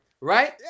right